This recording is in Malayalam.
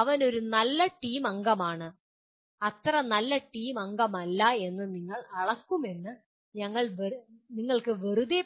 അവൻ ഒരു നല്ല ടീം അംഗമാണ് അത്ര നല്ല ടീം അംഗമല്ല എന്ന് ഞങ്ങൾ അളക്കുമെന്ന് നിങ്ങൾക്ക്